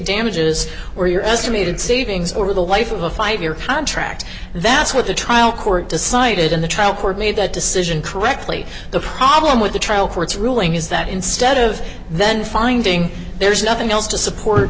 damages where you're estimated savings over the life of a five year contract that's what the trial court decided in the trial court made that decision correctly the problem with the trial court's ruling is that instead of then finding there's nothing else to support